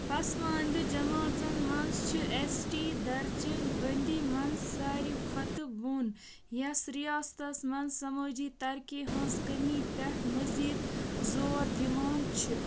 پسمانٛدٕ جماژَن منٛز چھِ اٮ۪س ٹی درجہٕ بٔنٛدی منٛز ساروی کھۄتہٕ بۄن یَس ریاستس منٛز سمٲجی ترقی ہٕنٛز کٔمی پٮ۪ٹھ مزیٖد زور دِوان چھِ